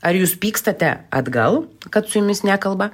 ar jūs pykstate atgal kad su jumis nekalba